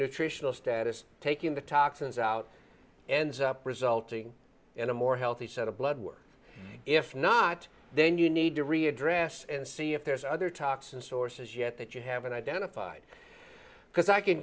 nutritional status taking the toxins out ends up resulting in a more healthy set of blood work if not then you need to readdress and see if there's other toxins sources yet that you haven't identified because i can